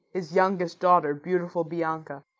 his youngest daughter, beautiful bianca,